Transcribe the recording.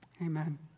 Amen